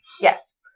Yes